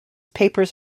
papers